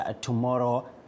tomorrow